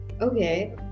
Okay